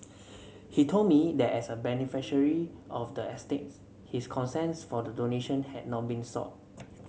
he told me that as a beneficiary of the estate his consent for the donation had not been sought